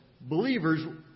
believers